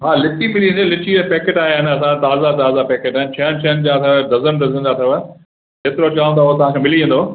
हा लिची मिली वेंदव लिचीअ जा पेकेट आया आहिनि असां वटि ताज़ा ताज़ा पेकेट छह छहनि जा अथव डज़न डज़न जा अथव जेतिरो चवंदव तव्हां खे मिली वेंदो